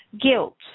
guilt